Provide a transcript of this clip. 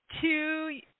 two